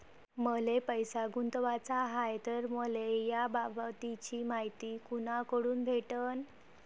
मले पैसा गुंतवाचा हाय तर मले याबाबतीची मायती कुनाकडून भेटन?